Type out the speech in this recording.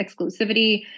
exclusivity